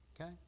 okay